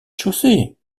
chaussée